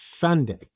Sunday